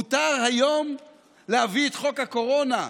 מותר היום להביא את חוק הקורונה,